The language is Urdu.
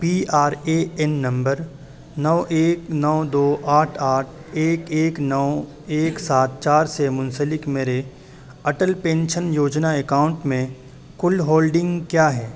P R A N number نو ایک نو دو آٹھ آٹھ ایک ایک نو ایک سات چار سے منسلک میرے اٹل پینشن یوجنا اکاؤنٹ میں کل ہولڈنگ کیا ہے